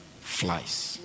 flies